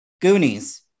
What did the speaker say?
Goonies